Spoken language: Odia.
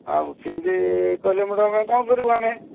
ଆଉ ସେମିତି କହିଲେ ମ୍ୟାଡ଼ାମ୍ ଆମେ କ'ଣ କରିବୁ ଆମେ